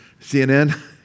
CNN